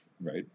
right